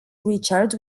richard